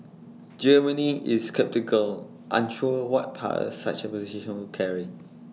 Germany is sceptical unsure what powers such A position would carry